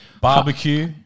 Barbecue